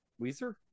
Weezer